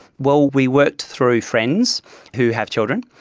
well, we worked through friends who have children,